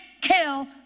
kill